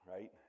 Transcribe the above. right